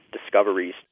discoveries